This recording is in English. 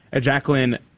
Jacqueline